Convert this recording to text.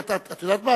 את יודעת מה?